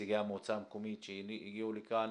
נציגי המועצה המקומית שהגיעו לכאן,